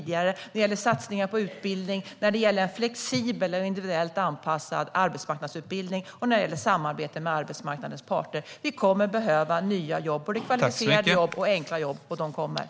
Det gäller satsningar på utbildning, en flexibelt individuellt anpassad arbetsmarknadsutbildning och ett samarbete med arbetsmarknadens parter. Vi kommer att behöva nya jobb, både kvalificerade jobb och enkla jobb, och de är på gång.